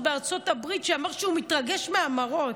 בארצות הברית שאמר שהוא מתרגש מהמראות.